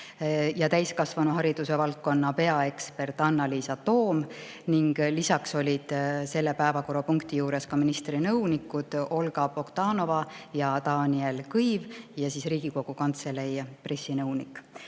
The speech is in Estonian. täiskasvanuhariduse valdkonna peaekspert Annaliisa Toom. Lisaks olid selle päevakorrapunkti [arutelul] ministri nõunikud Olga Bogdanova ja Daniel Kõiv ning Riigikogu Kantselei pressinõunik.